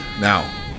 now